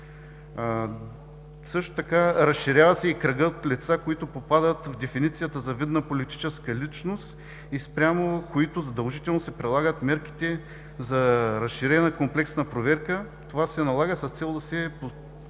сметката. Разширява се кръгът от лица, които попадат в дефиницията за видна политическа личност, спрямо които задължително се прилагат мерките за разширена комплексна проверка. Това се налага с цел да се постигне